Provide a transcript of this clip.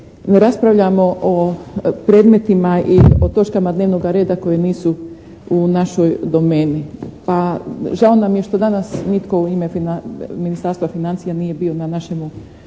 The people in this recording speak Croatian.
ne raspravljamo o predmetima i o točkama dnevnoga reda koje nisu u našoj domeni, a žao nam je što danas nitko u ime Ministarstva financija nije bio na našemu Odboru